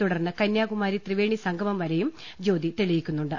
തുടർന്ന് കന്യാകുമാരി ത്രിവേണി സംഗമം വരെയും ജ്യോതി തെളിയി ക്കുന്നുണ്ട്